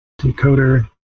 decoder